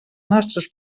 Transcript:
nostres